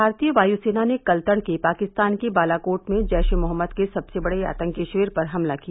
भारतीय वायुसेना ने कल तड़के पाकिस्तान के बालाकोट में जैश ए मोहम्मद के सबसे बड़े आतंकी शिविर पर हमला किया